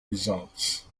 results